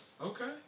Okay